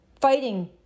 fighting